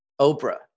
Oprah